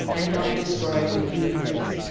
end up destroying the human race.